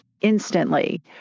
instantly